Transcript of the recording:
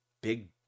big